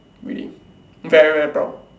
really very very proud